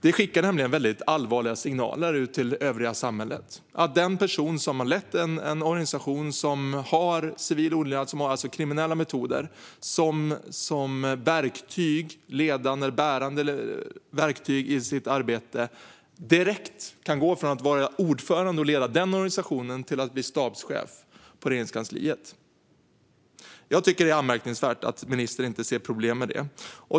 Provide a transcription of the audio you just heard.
Det skickar nämligen väldigt allvarliga signaler ut till övriga samhället om att en person som har lett en organisation som använder civil olydnad, alltså kriminella metoder, som bärande verktyg i sitt arbete direkt kan gå från att vara ordförande och leda denna organisation till att bli stabschef på Regeringskansliet. Jag tycker att det är anmärkningsvärt att ministern inte ser något problem med det.